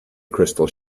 crystal